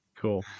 Cool